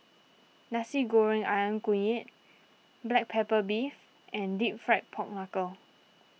Nasi Goreng Ayam Kunyit Black Pepper Beef and Deep Fried Pork Knuckle